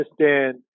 understand –